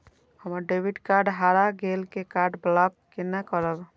हमर debit card हरा गेल ये कार्ड ब्लॉक केना करब?